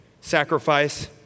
sacrifice